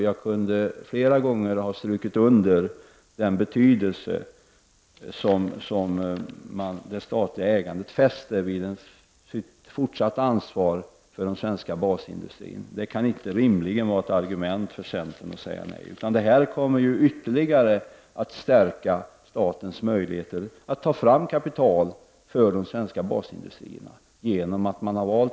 Vi har flera gånger strukit under den betydelse som de statligt ägda företagen fäster vid fortsatt ansvar för de svenska basindustrierna. Så det kan inte rimligen vara ett argument för centern att säga nej. Den ägaroch förvaltningskonstruktion som man har valt kommer att ytterligare stärka statens möjligheter att ta fram kapital för de svenska basindustrierna.